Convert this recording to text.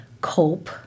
cope